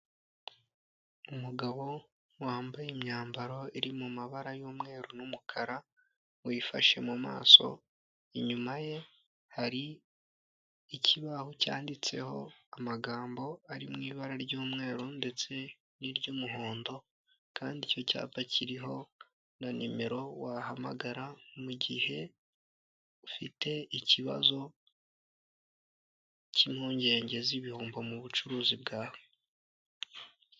Umugabo wambaye imyambaro iri mu mabara y'umweru n'umukara wifashe mu maso, inyuma ye hari ikibaho cyanditseho amagambo ari mu ibara ry'umweru ndetse n'iry'umuhondo kandi icyo cyapa kiriho na nimero wahamagara mu gihe ufite ikibazo cy'impungenge z'ibihombo mu bucuruzi bwawe.